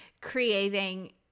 creating